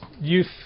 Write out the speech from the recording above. youth